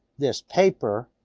this paper.